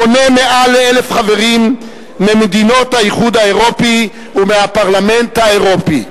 מונה מעל ל-1,000 חברים ממדינות האיחוד האירופי ומהפרלמנט האירופי.